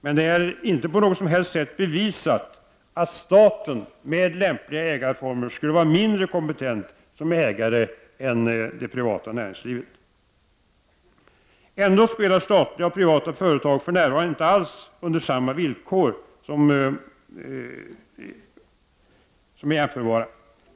Men det är inte på något som helst sätt bevisat att staten under lämpliga ägarfomer skulle vara mindre kompetent som ägare än ägare i det privata näringslivet. Ändå spelar statliga och privata företag för närvarande inte alls på jämförbara villkor.